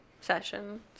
session